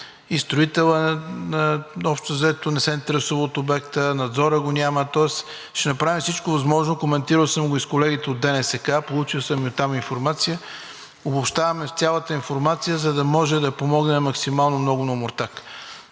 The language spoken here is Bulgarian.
и строителят общо-взето не се интересува от обекта, надзорът го няма. Тоест ще направим всичко възможно – коментирал съм го и с колегите от ДНСК, получил съм и оттам информация. Обобщаваме цялата информация, за да може да помогнем максимално много на Омуртаг.